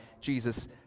Jesus